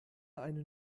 eine